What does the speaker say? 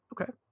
Okay